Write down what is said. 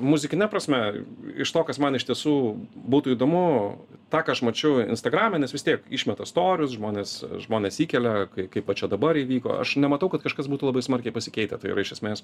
muzikine prasme iš to kas man iš tiesų būtų įdomu tą ką aš mačiau instagrame nes vis tiek išmeta storius žmonės žmonės įkelia kai kaip va čia dabar įvyko aš nematau kad kažkas būtų labai smarkiai pasikeitę tai yra iš esmės